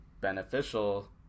beneficial